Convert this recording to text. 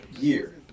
year